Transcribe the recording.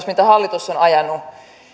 mitä hallitus on ajanut